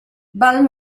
val